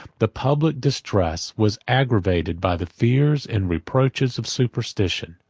the public distress was aggravated by the fears and reproaches of superstition.